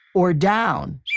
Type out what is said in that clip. or down.